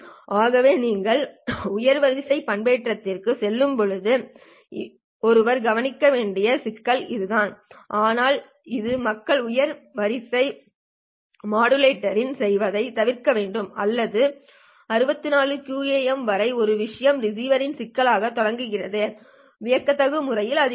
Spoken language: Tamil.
ஆகவே நீங்கள் உயர் வரிசை பண்பேற்றத்திற்குச் செல்லும்போது ஒருவர் கவனிக்க வேண்டிய சிக்கல் இதுதான் ஆனால் இது மக்கள் உயர் வரிசை மாடுலேஷனுக்குச் செல்வதைத் தடுக்கவில்லை மற்றும் 64 QAM வரை ஒரே விஷயம் ரிசீவரின் சிக்கலானது தொடங்குகிறது வியத்தகு முறையில் அதிகரிக்கும்